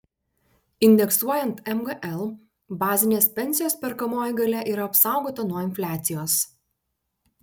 indeksuojant mgl bazinės pensijos perkamoji galia yra apsaugota nuo infliacijos